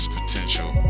potential